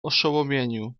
oszołomieniu